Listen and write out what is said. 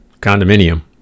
condominium